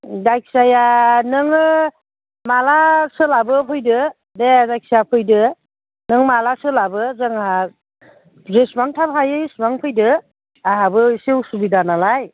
जायखिजाया नोङो माला सोलाबो फैदो दे जायखिजाया फैदो नों माला सोलाबो जोंहा जेसेबां थाब हायो एसेबां फैदो आंहाबो एसे असुबिदा नालाय